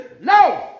no